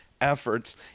efforts